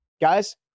guys